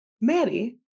Maddie